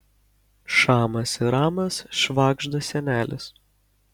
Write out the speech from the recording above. šamas ir ramas švagžda senelis